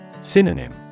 Synonym